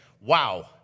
wow